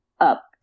up